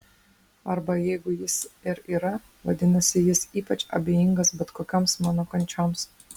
arba jeigu jis ir yra vadinasi jis ypač abejingas bet kokioms mano kančioms